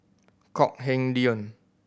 Kok Heng Leun